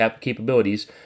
capabilities